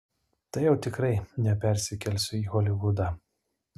tai jau tikrai nepersikelsiu į holivudą